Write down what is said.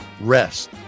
rest